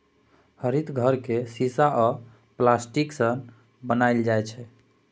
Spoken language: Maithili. हरित घर केँ शीशा आ प्लास्टिकसँ बनाएल जाइ छै